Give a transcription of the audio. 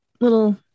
little